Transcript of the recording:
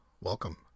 welcome